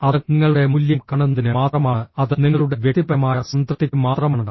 അത് നിങ്ങളുടെ മൂല്യം കാണുന്നതിന് മാത്രമാണ് അത് നിങ്ങളുടെ വ്യക്തിപരമായ സംതൃപ്തിക്ക് മാത്രമാണ്